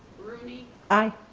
rooney. i.